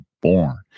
born